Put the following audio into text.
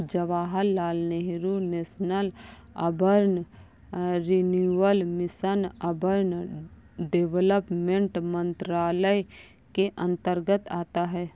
Jawaharlal Nehru national urban renewal mission urban development मंत्रालय के अंतर्गत आता है